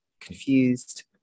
confused